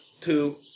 two